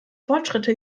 fortschritte